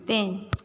तीन